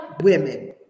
women